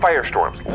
Firestorms